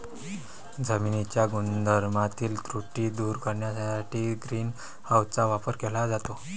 जमिनीच्या गुणधर्मातील त्रुटी दूर करण्यासाठी ग्रीन हाऊसचा वापर केला जातो